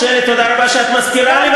תודה רבה שאת מזכירה לי,